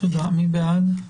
מי בעד?